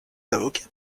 avocats